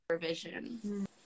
vision